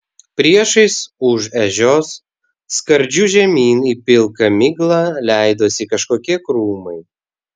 priešais už ežios skardžiu žemyn į pilką miglą leidosi kažkokie krūmai